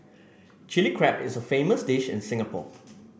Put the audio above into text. Chilli Crab is a famous dish in Singapore